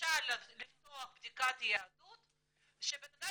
שמרשה לפתוח בדיקת יהדות כשאדם